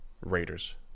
Raiders